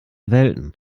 welten